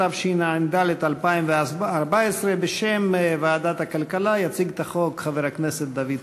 התשע"ד 2014. בשם ועדת הכלכלה יציג את החוק חבר הכנסת דוד צור.